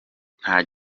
nta